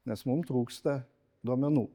nes mum trūksta duomenų